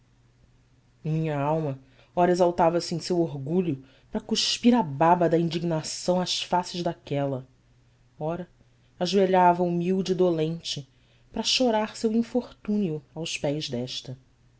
minha alma ora exaltava se em seu orgulho para cuspir a baba da indignação às faces daquela ora ajoelhava humilde e dolente para chorar seu infortúnio aos pés desta